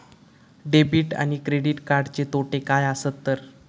Debit आणि credit कार्डचे तोटे काय आसत तर?